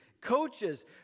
Coaches